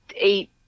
eight